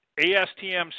ASTM